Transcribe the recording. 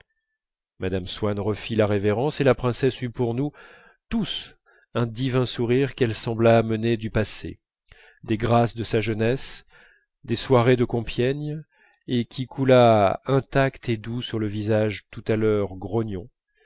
mme swann refit la révérence et la princesse eut pour nous tous un divin sourire qu'elle sembla amener du passé des grâces de sa jeunesse des soirées de compiègne et qui coula intact et doux sur le visage tout à l'heure grognon